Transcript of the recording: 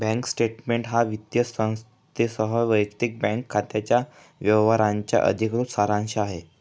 bank statement हा वित्तीय संस्थेसह वैयक्तिक बँक खात्याच्या व्यवहारांचा अधिकृत सारांश आहे